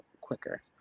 quicker